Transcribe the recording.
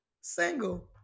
single